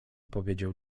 powiedział